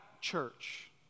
church